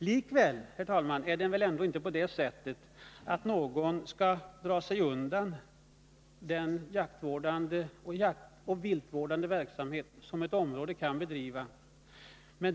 Likväl, herr talman, är det väl inte på det sättet att någon skall dra sig undan den jaktvårdande och viltvårdande verksamhet som ett område kan bedriva.